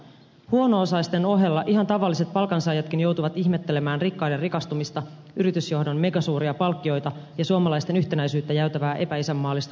huono osaisten ohella ihan tavalliset palkansaajatkin joutuvat ihmettelemään rikkaiden rikastumista yritysjohdon megasuuria palkkioita ja suomalaisten yhtenäisyyttä jäytävää epäisänmaallista verokikkailua